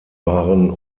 waren